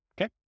okay